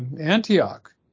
Antioch